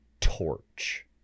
torch